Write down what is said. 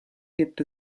gibt